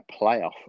playoff